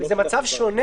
זה מצב שונה,